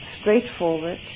straightforward